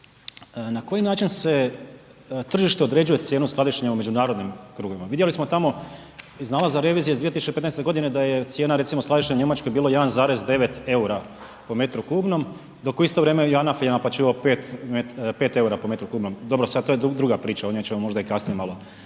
na koji način se tržište određuje cijene skladištenja u međunarodnim krugovima? Vidjeli smo tamo iz nalaza revizije iz 2015. godine da je cijena recimo, skladištenja u Njemačkoj bilo 1,9 eura po metru kubnom, dok u isto vrijeme i JANAF je naplaćivao 5 eura po metru kubnom. Dobro, sad, to je druga priča, o njoj ćemo možda i kasnije malo.